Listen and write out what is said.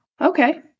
okay